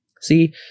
See